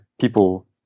people